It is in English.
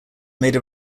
made